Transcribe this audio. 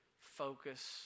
focus